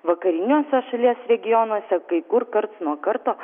vakariniuose šalies regionuose kai kur karts nuo karto